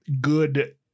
good